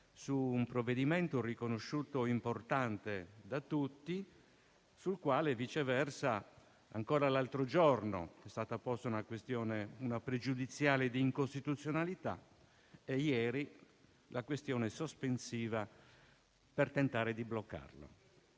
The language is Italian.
a un provvedimento riconosciuto importante da tutti, sul quale, viceversa, ancora l'altro giorno è stata posta una questione pregiudiziale di costituzionalità e ieri la questione sospensiva per tentare di bloccarlo.